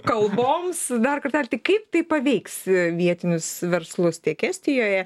kalboms dar kartelį tai kaip tai paveiks vietinius verslus tiek estijoje